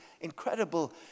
incredible